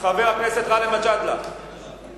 חבר הכנסת גאלב מג'אדלה, ועדה.